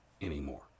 anymore